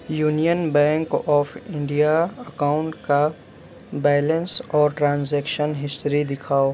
union bank of India account کا balance اور transaction history دکھاؤ